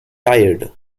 tired